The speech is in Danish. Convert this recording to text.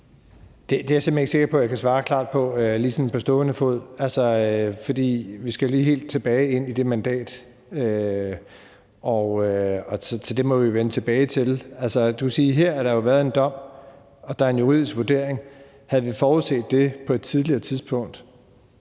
Det er jeg simpelt hen ikke sikker på jeg kan svare klart på på stående fod. For vi skal tilbage og se på det mandat, så det må vi vende tilbage til. Her har der været en dom, og der er en juridisk vurdering, og havde vi forudset det på et tidligere tidspunkt?